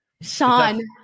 Sean